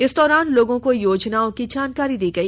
इस दौरान लोगों को योजनाओं की जानकारी दी गई